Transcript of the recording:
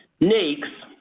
naics,